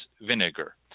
vinegar